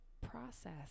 process